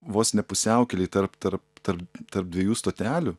vos ne pusiaukelėj tarp tarp tarp tarp dviejų stotelių